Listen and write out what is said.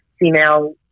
female